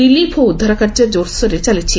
relief ଓ ଉଦ୍ଧାର କାର୍ଯ୍ୟ ଜୋର୍ସୋର୍ରେ ଚାଲିଛି